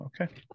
Okay